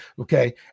Okay